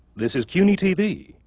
this is cuny-tv,